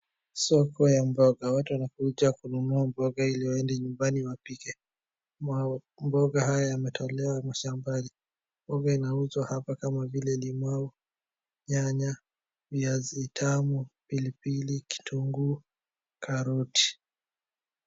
Soko ya mboga, watu wanakuja kununua mboga ili waende nyumbani wapike. Mamboga haya yametolewa mashambani , mboga inauzwa hapa kama vile limau, nyanya, viazi tamu, pilipili, kitunguu, karoti.